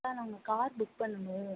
sir நான் உங்கள் car book பண்ணணும்